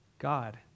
God